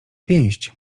pięść